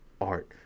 art